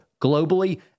globally